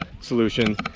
solution